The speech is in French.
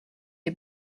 est